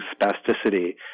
spasticity